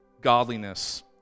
godliness